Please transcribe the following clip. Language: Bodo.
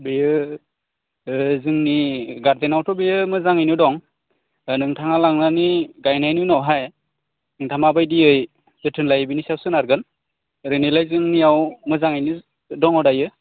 बेयो जोंनि गार्डेनावथ' बेयो मोजाङैनो दं नोंथाङा लांनानै गायनायनि उनावहाय नोंथाङा माबायदियै जोथोन लायो बेनि सायाव सोनारगोन ओरैनोलाय जोंनियाव मोजाङैनो दङ दायो